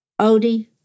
Odie